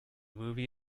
movie